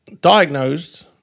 diagnosed